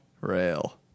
Rail